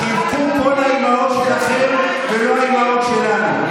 אז שיבכו כל האימהות שלכם ולא האימהות שלנו.